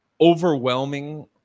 overwhelming